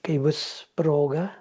kai bus proga